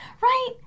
Right